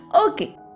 Okay